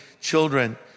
children